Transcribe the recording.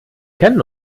kennen